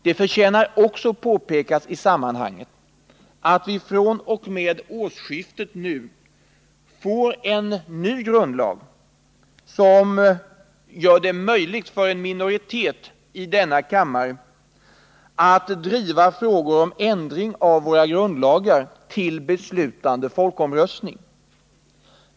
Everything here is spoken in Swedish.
Det förtjänar också påpekas i sammanhanget att vi nu — fr.o.m. årsskiftet — får en ny grundlag, som gör det möjligt för en minoritet i denna kammare att driva frågor om ändring av våra grundlagar till beslutande folkomröstning.